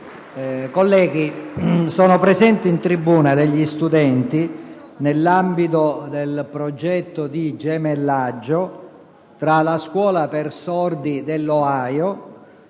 Colleghi, sono presenti in tribuna alcuni studenti nell'ambito del progetto di gemellaggio tra una scuola per sordi dell'Ohio